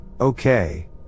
okay